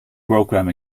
program